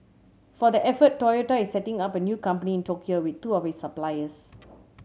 for the effort Toyota is setting up a new company in Tokyo with two of its suppliers